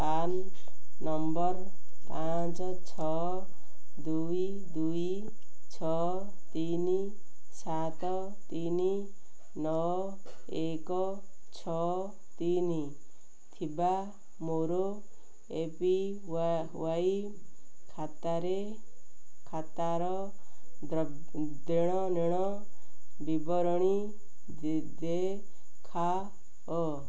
PRAN number ପାଞ୍ଚ ଛଅ ଦୁଇ ଦୁଇ ଛଅ ତିନି ସାତ ତିନି ନଅ ଏକ ଛଅ ତିନି ଥିବା ମୋର ଏ ପି ୱାଇ ଖାତାରେ ଖାତାର ଦେଣନେଣ ବିବରଣୀ ଦେଖାଅ